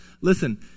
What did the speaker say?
listen